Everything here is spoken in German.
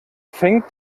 fängt